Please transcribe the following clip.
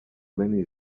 many